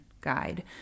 guide